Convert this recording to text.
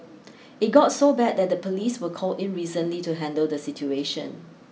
it got so bad that the police were called in recently to handle the situation